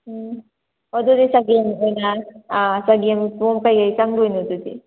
ꯎꯝ ꯑꯗꯨꯗꯤ ꯆꯒꯦꯝ ꯑꯣꯏꯅ ꯆꯒꯦꯝ ꯄꯣꯝꯕꯩ ꯀꯩꯀꯩ ꯆꯪꯗꯣꯏꯅꯣ ꯑꯗꯨꯗꯤ